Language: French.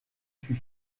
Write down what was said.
fut